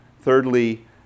thirdly